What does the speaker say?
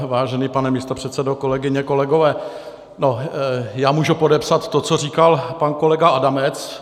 Vážený pane místopředsedo, kolegyně, kolegové, já můžu podepsat to, co říkal pan kolega Adamec.